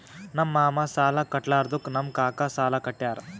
ನಮ್ ಮಾಮಾ ಸಾಲಾ ಕಟ್ಲಾರ್ದುಕ್ ನಮ್ ಕಾಕಾ ಸಾಲಾ ಕಟ್ಯಾರ್